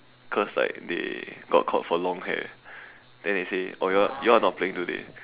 cause like they got caught for long hair then they say oh you all you all are not playing today